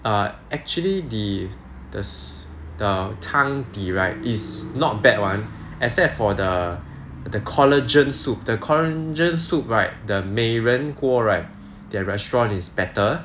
err actually the the the 汤底 right is not bad [one] except for the the collagen soup the collagen soup right the 美人锅 right their restaurant is better